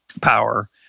power